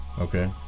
Okay